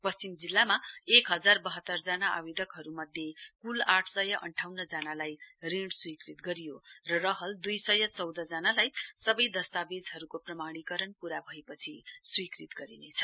पश्चिम जिल्लामा एक हजार वाहत्तर जना आवेदकहरु मध्ये कुल आठ सय अन्ठाउन्न जनालाई ऋण स्वीकृत गरियो र रहल दुइ सय चौध जनालाई सवै दस्तावेजहरुको प्रमाणीकरण पूरा भएपछि स्वीकृत गरिनेछ